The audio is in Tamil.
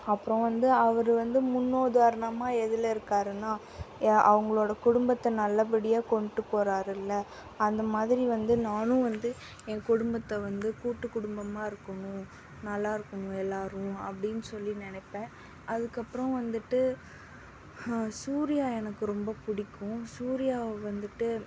அப்புறோம் வந்து அவர் வந்து முன் உதாரணமாக எதில் இருக்காருன்னால் அவர்களோட குடும்பத்தை நல்ல படியாக கொண்டுட்டு போகிறாருல்ல அந்த மாதிரி வந்து நானும் வந்து என் கும்பத்தை வந்து கூட்டு குடும்பமாக இருக்கணும் நல்லா இருக்கணும் எல்லாேரும் அப்படின் சொல்லி நினைப்பேன் அதுக்கு அப்புறோம் வந்துட்டு சூர்யா எனக்கு ரொம்ப பிடிக்கும் சூர்யாவை வந்துட்டு